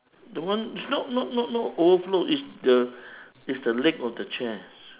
the one it's not not not not overflow it's the it's the leg of the chair